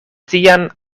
tian